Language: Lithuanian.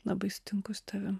labai sutinku su tavim